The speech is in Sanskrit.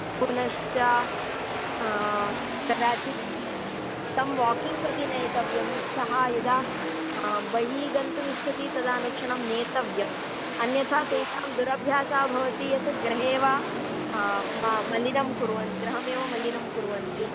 पुनश्च कदाचित् तं वाकिङ्ग् प्रति नेतव्यं सः यदा बहिः गन्तुमिच्छति तदा अनुक्षणं नेतव्यं अन्यथा तेषां दुरभ्यासः भवति यत् गृहे एव म मलिनं कुर्व गृहमेव मलिनं कुर्वन्ति